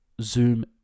Zoom